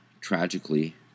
tragically